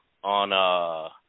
on